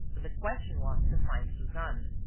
the question was to find suzanne.